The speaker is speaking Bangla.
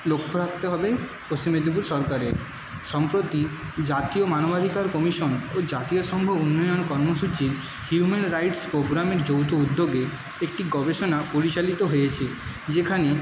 লক্ষ্য রাখতে হবে পশ্চিম মেদিনীপুর সরকারের সম্প্রতি জাতীয় মানবাধিকার কমিশন ও জাতীয় সঙ্ঘ উন্নয়ন কর্মসূচির হিউম্যান রাইটস প্রোগ্রামের যৌথ উদ্যোগে একটি গবেষণা পরিচালিত হয়েছে যেখানে